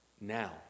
now